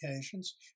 occasions